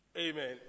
Amen